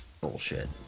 bullshit